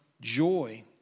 joy